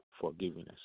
forgiveness